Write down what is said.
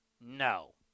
no